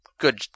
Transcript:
good